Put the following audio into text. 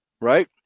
Right